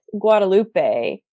guadalupe